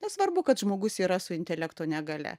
nesvarbu kad žmogus yra su intelekto negalia